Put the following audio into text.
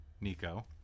Nico